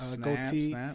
goatee